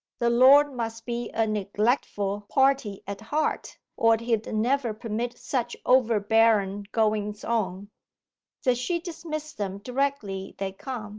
the lord must be a neglectful party at heart, or he'd never permit such overbearen goings on does she dismiss them directly they come